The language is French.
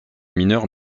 mineurs